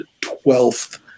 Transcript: Twelfth